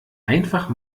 einfach